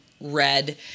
red